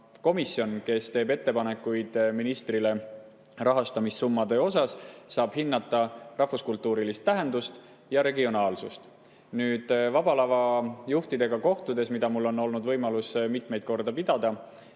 Komisjon, kes teeb ettepanekuid ministrile rahastamissummade osas, hindab [ettevõtmiste] rahvuskultuurilist tähendust ja regionaalsust. Vaba Lava juhtidega kohtumistel, mida mul on olnud võimalus mitmeid kordi pidada,